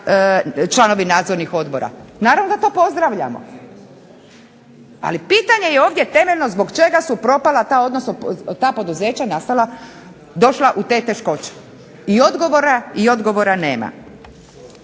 članovi nadzornih odbora, naravno da to postavljamo. Ali pitanje je ovdje temeljno zbog čega su propala ta poduzeća, došla u te teškoće i odgovora nema.